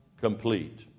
complete